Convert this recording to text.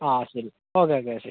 ആ ശരി okay okay ശരി